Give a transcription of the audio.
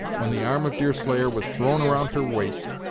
when the arm of deerslayer was thrown around her waist,